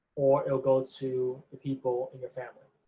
or it'll go to the people in your family,